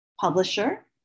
publisher